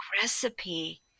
recipe